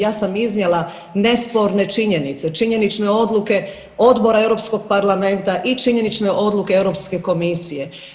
Ja sam iznijela nesporne činjenice, činjenične odluke Odbora Europskog parlamenta i činjenične odluke Europske komisije.